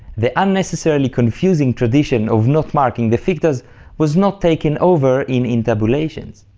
the unnecessarily confusing tradition of not marking the fictas was not taken over in intabulations.